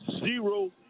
zero